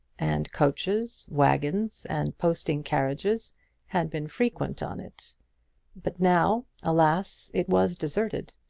and coaches, waggons, and posting-carriages had been frequent on it but now, alas! it was deserted.